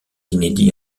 inédit